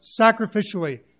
sacrificially